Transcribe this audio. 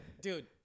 Dude